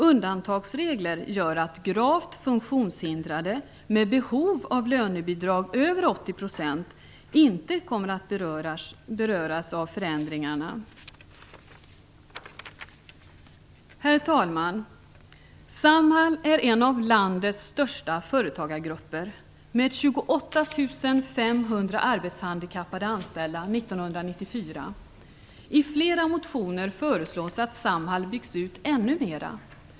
Undantagsregler gör att gravt funktionshindrade med behov av lönebidrag på över 80 % inte kommer att beröras av förändringarna. Herr Talman! Samhall är en av landets största företagargrupper med 28 500 arbetshandikappade anställda 1994. I flera motioner föreslås att Samhall byggs ut ännu mera.